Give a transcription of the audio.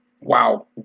Wow